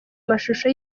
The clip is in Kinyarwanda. mashusho